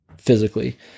physically